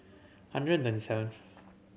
hundred thirty seventh